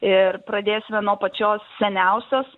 ir pradėsime nuo pačios seniausios